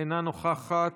אינה נוכחת,